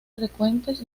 frecuentes